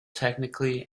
technically